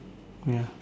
ya